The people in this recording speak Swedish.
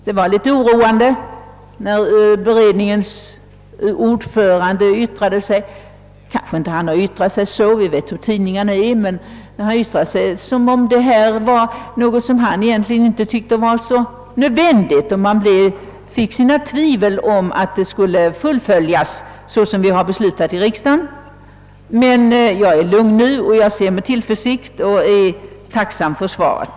Det var litet oroande då beredningens ordförande yttrade sig. Kanske han inte har yttrat sig på det sätt som angavs — vi vet hur tidningarna är — men han yttrade sig som om detta var någonting som inte var så nödvändigt. Man fick då sina tvivel om att frågan skulle fullföljas på det sätt som riksdagen beslutat. Jag är tacksam för svaret och ser framtiden an med tillförsikt.